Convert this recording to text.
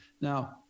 now